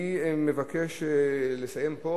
אני מבקש לסיים פה,